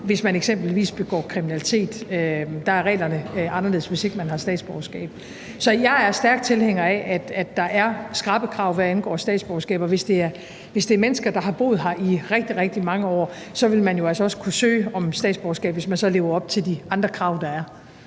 begår kriminalitet. Der er reglerne anderledes, hvis ikke man har et statsborgerskab. Så jeg er stærk tilhænger af, at der er skrappe krav, hvad angår statsborgerskab, og hvis det er mennesker, der har boet her i rigtig, rigtig mange år, så vil man jo altså også kunne søge om statsborgerskab, hvis man så lever op til de andre krav,